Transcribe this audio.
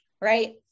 right